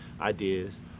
ideas